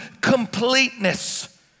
completeness